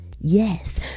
Yes